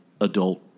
adult